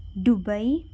Dubai